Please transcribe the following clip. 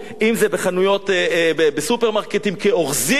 אם בסופרמרקטים כאורזים,